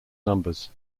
numbers